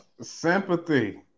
Sympathy